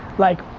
like,